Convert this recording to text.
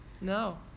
No